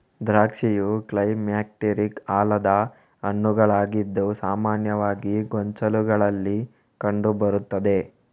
ದ್ರಾಕ್ಷಿಯು ಕ್ಲೈಮ್ಯಾಕ್ಟೀರಿಕ್ ಅಲ್ಲದ ಹಣ್ಣುಗಳಾಗಿದ್ದು ಸಾಮಾನ್ಯವಾಗಿ ಗೊಂಚಲುಗಳಲ್ಲಿ ಕಂಡು ಬರುತ್ತದೆ